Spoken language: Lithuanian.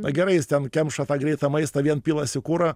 na gerai jis ten kemša tą greitą maistą vien pilasi kurą